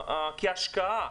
הדברים האלה כעל השקעה,